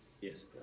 Yes